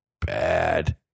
bad